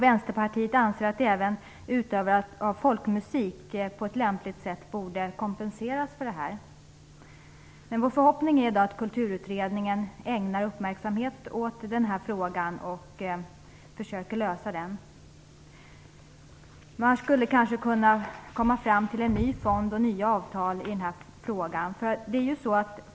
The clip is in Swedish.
Vänsterpartiet anser att även utövare av folkmusik på ett lämpligt sätt borde kompenseras för detta. Vår förhoppning är att Kulturutredningen ägnar uppmärksamhet åt frågan och försöker komma till rätta med den. Man skulle kanske kunna komma fram till en ny fond och nya avtal i frågan.